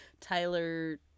Tyler